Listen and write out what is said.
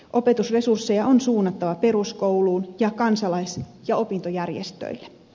opetusresursseja on suunnattava peruskouluun ja kansalais ja opintojärjestöille